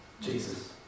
Jesus